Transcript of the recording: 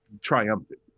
triumphant